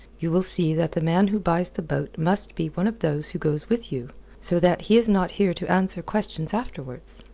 you will see that the man who buys the boat must be one of those who goes with you so that he is not here to answer questions afterwards.